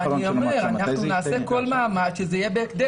אני אומר שאנחנו נעשה כל מאמץ שזה יהיה בהקדם.